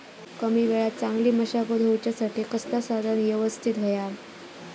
कमी वेळात चांगली मशागत होऊच्यासाठी कसला साधन यवस्तित होया?